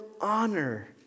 honor